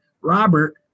Robert